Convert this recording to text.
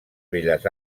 belles